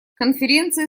конференции